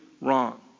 wrong